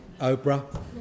Oprah